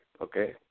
okay